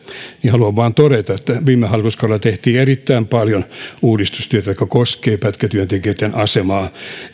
haluan vain todeta että viime hallituskaudella tehtiin erittäin paljon uudistustyötä joka koskee pätkätyöntekijöitten asemaa